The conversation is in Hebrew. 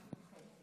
היית יכול לעצור את